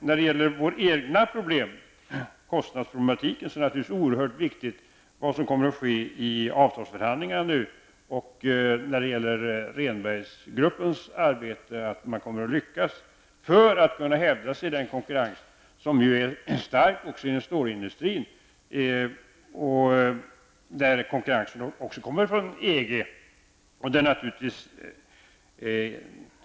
När det gäller våra egna problem med kostnaderna är det som sker i avtalsförhandlingarna oerhört viktigt. Att Rehnbergsgruppen lyckas i sitt arbete är viktigt för att vår industri, inte minst våra storföretag, skall lyckas i konkurrensen med EG. Konkurrensen är hård, också inom stålindustrin.